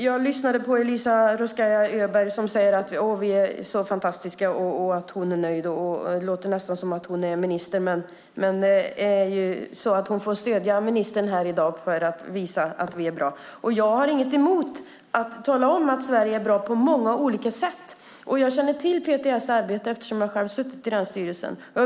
Jag lyssnade på Eliza Roszkowska Öberg som säger att vi är så fantastiska och att hon är nöjd. Det låter nästan som om hon är minister, men det är ju så att hon får stödja ministern här i dag för att visa att vi är bra. Jag har inget emot att tala om att Sverige är bra på många olika sätt. Jag känner till PTS arbete eftersom jag själv har suttit i den styrelsen.